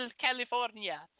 California